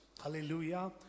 hallelujah